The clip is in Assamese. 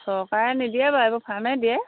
চৰকাৰে নিদিয়ে বাৰু এইবোৰ ফাৰ্মে দিয়ে